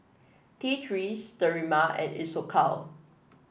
T Three Sterimar and Isocal